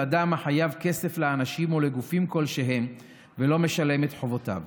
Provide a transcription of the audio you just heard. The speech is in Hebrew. אדם החייב כסף לאנשים או לגופים כלשהם ולא משלם את חובותיו.